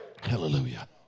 Hallelujah